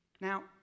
Now